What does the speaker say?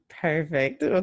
Perfect